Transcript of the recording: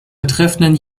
betreffenden